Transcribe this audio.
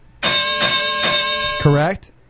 Correct